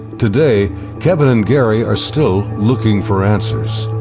today kevin and gary are still looking for answers.